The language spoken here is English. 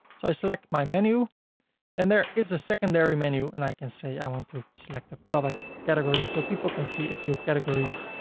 so i select my menu and there is a secondary menu and i can say i want to select the product category, so people can see a few categories.